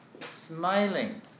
smiling